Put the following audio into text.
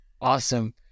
Awesome